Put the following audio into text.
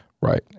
right